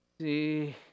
See